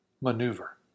maneuver